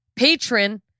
Patron